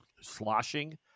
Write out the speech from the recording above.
sloshing